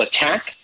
attack